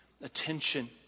attention